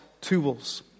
tools